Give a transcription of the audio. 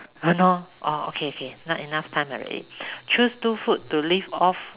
!hannor! orh okay okay not enough time already choose two food to live off